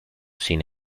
sin